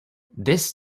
this